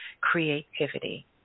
creativity